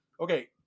okay